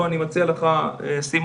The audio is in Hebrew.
אני מציע לך סימון,